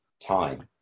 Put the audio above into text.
time